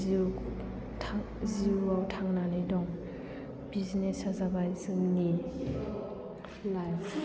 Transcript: जिउ जिउआव थांनानै दं बिजनेस आ जाबाय जोंनि लाइफ आव